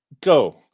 go